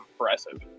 impressive